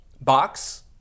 box